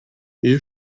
you